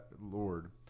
lord